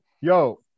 yo